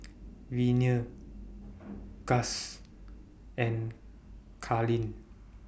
Venie Guss and Carleen